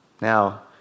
Now